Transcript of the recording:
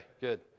good